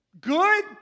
good